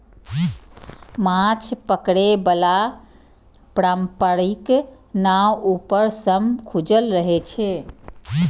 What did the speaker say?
माछ पकड़े बला पारंपरिक नाव ऊपर सं खुजल रहै छै